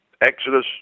Exodus